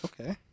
Okay